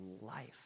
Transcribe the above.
life